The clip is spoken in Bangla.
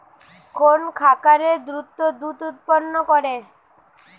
কোন খাকারে দ্রুত দুধ উৎপন্ন করে?